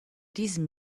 diesem